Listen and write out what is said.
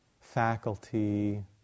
faculty